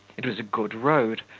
it was a good road,